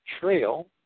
trail